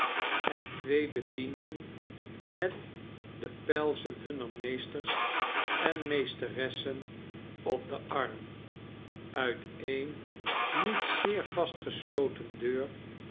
en twee bedienden met de pelzen hunner meesters en meesteressen op den arm uit een niet zeer vast gesloten deur